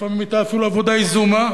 לפעמים היתה אפילו עבודה יזומה,